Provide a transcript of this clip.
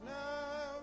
now